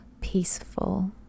peaceful